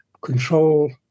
control